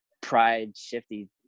pride-shifty